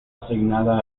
asignada